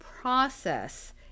process